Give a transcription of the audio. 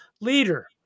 leader